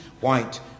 white